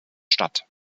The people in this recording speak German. stadt